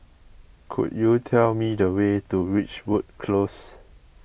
could you tell me the way to Ridgewood Close